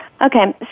Okay